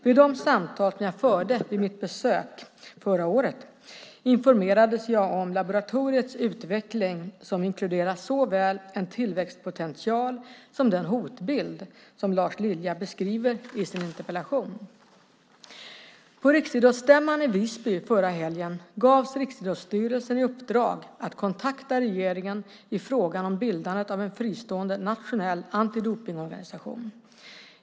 Vid de samtal som jag förde vid mitt besök förra året informerades jag om laboratoriets utveckling som inkluderar såväl en tillväxtpotential som den hotbild som Lars Lilja beskriver i sin interpellation. På Riksidrottsstämman i Visby förra helgen gavs Riksidrottsstyrelsen i uppdrag att kontakta regeringen i frågan om bildandet av en fristående nationell antidopningsorganisation.